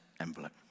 envelope